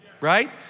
right